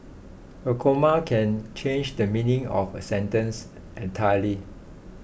a comma can change the meaning of a sentence entirely